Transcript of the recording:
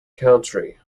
country